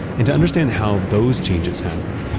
and to understand how those changes happen,